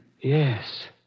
Yes